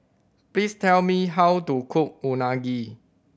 please tell me how to cook Unagi